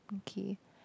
okay